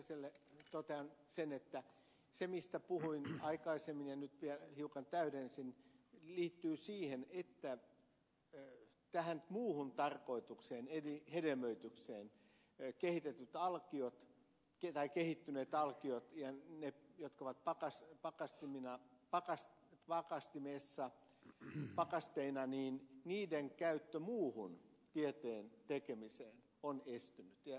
räsäselle totean sen että se mistä puhuin aikaisemmin ja mitä nyt vielä hiukan täydensin liittyy siihen että tähän muuhun tarkoitukseen eli hedelmöitykseen kehittyneiden alkioiden ja niiden jotka ovat pakastimessa pakasteina käyttö muuhun tieteen tekemiseen on estynyt